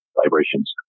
vibrations